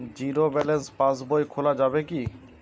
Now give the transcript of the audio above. Zero balance পাশ বই খোলা যাবে কি?